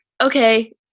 okay